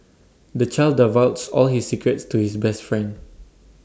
the child divulged all his secrets to his best friend